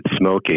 smoking